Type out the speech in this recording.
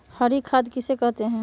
हरी खाद किसे कहते हैं?